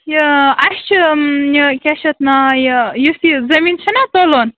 یہِ اَسہِ چھ یہِ کیٛاہ چھِ اَتھ ناو یہِ یُس یہِ زمیٖن چھِنا تُلُن